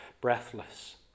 breathless